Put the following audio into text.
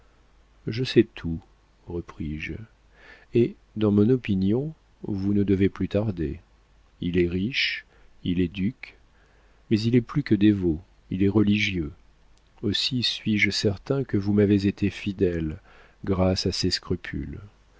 je sais tout repris-je et dans mon opinion vous ne devez plus tarder il est riche il est duc mais il est plus que dévot il est religieux aussi suis-je certain que vous m'avez été fidèle grâce à ses scrupules